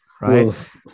right